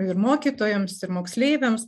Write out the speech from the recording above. ir mokytojams ir moksleiviams